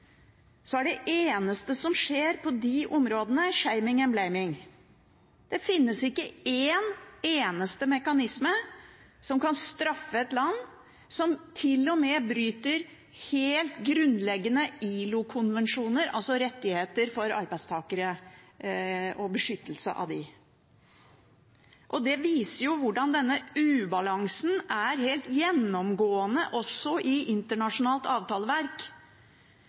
er det eneste som skjer på de områdene, «shaming and blaming». Det finnes ikke en eneste mekanisme som kan straffe et land som til og med bryter helt grunnleggende ILO-konvensjoner, altså rettigheter for arbeidstakere og beskyttelse av dem. Det viser hvordan denne ubalansen er helt gjennomgående også i internasjonalt avtaleverk,